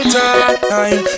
time